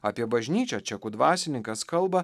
apie bažnyčią čekų dvasininkas kalba